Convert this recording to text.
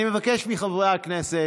אני מבקש מחברי הכנסת,